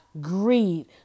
greed